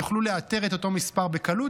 יוכלו לאתר את אותו מספר בקלות.